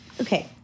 Okay